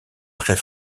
très